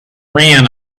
ran